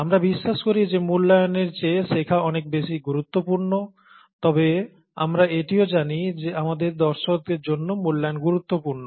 আমরা বিশ্বাস করি যে মূল্যায়নের চেয়ে শেখা অনেক বেশি গুরুত্বপূর্ণ তবে আমরা এটিও জানি যে আমাদের দর্শকদের জন্য মূল্যায়ন গুরুত্বপূর্ণ